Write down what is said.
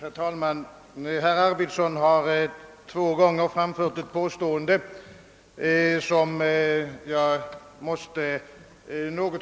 Herr talman! Herr Arvidson har två gånger framfört ett påstående, som jag måste